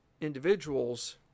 individuals